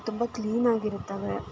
ತುಂಬ ಕ್ಲೀನಾಗಿರ್ತವೆ